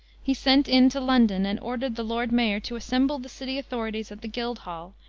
he sent in to london, and ordered the lord mayor to assemble the city authorities at the guild-hall,